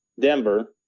denver